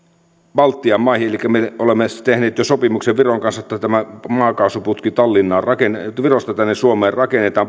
baltian maihin elikkä me olemme tehneet jo sopimuksen viron kanssa että balticconnector maakaasuputki virosta tänne suomeen rakennetaan